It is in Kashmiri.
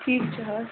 ٹھیٖک چھُ حظ